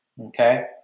okay